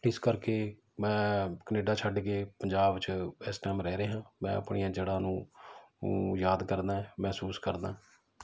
ਇਸ ਕਰਕੇ ਮੈਂ ਕਨੇਡਾ ਛੱਡ ਕੇ ਪੰਜਾਬ 'ਚ ਇਸ ਟਾਈਮ ਰਹਿ ਰਿਹਾ ਮੈਂ ਆਪਣੀਆਂ ਜੜ੍ਹਾਂ ਨੂੰ ਯਾਦ ਕਰਦਾ ਮਹਿਸੂਸ ਕਰਦਾ